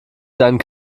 seinen